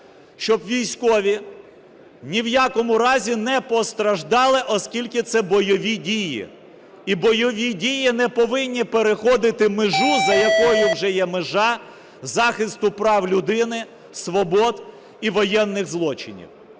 щоб військові ні в якому разі не постраждали, оскільки це бойові дії. І бойові дії не повинні переходити межу, за якою вже є межа захисту прав людини, свобод і воєнних злочинів.